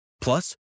Plus